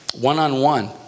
one-on-one